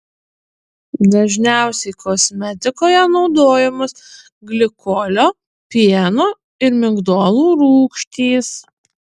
dažniausiai kosmetikoje naudojamos glikolio pieno ir migdolų rūgštys